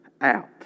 out